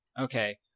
Okay